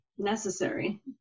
necessary